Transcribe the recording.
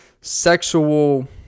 sexual